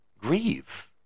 Grieve